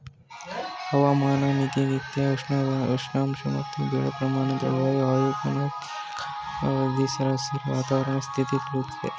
ಹವಾಮಾನ ದಿನನಿತ್ಯ ಉಷ್ಣಾಂಶ ಮತ್ತು ಮಳೆ ಪ್ರಮಾಣ ತಿಳಿಸುತ್ತೆ ವಾಯುಗುಣ ದೀರ್ಘಾವಧಿ ಸರಾಸರಿ ವಾತಾವರಣ ಸ್ಥಿತಿ ತಿಳಿಸ್ತದೆ